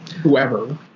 whoever